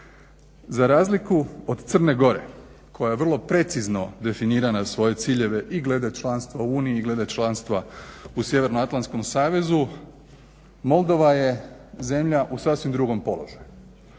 Za razliku od Crne gore koja je vrlo precizno definirana u svoje ciljeve i glede članstva Unije i glede članstva u Sjeverno-atlantskom savezu Moldova je zemlja u sasvim drugom položaju.